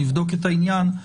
נבדוק את העניין.